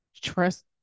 trust